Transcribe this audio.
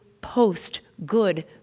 post-Good